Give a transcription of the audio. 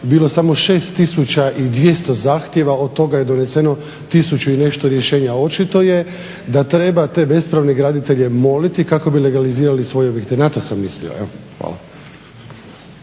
bilo samo 6 200 zahtjeva, od toga je doneseno tisuću i nešto rješenja. Očito je da treba te bespravne graditelje moliti kako bi legalizirali svoje objekte. Na to sam mislio. Evo,